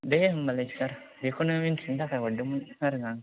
दे होनबालाय सार बेखौनो मिथिनो थाखाय हरदोंमोन आरो आं